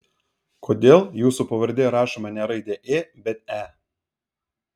kodėl jūsų pavardėje rašoma ne raidė ė bet e